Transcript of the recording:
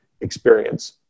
experience